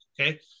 okay